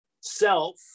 Self